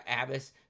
Abbas